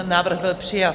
Návrh byl přijat.